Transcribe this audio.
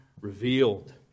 revealed